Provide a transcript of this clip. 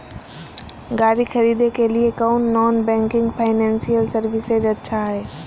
गाड़ी खरीदे के लिए कौन नॉन बैंकिंग फाइनेंशियल सर्विसेज अच्छा है?